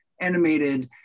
animated